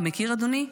אתה מכיר, אדוני?